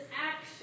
action